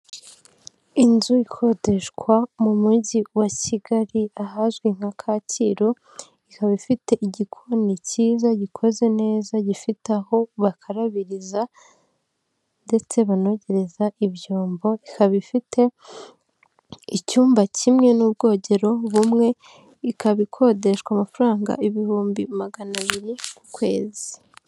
Inzu ikodeshwa mu mujyi wa Kigali ahazwi nka Kacyiru, ikaba ifite igikoni cyiza gikoze neza gifite aho bakarabiriza ndetse banogereza ibyombo, ikaba ifite icyumba kimwe n'ubwogero bumwe, ikaba ikodeshwa amafaranga ibihumbi magana abiri ku kwezi.